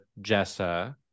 Jessa